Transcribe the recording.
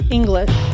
English